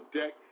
deck